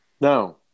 No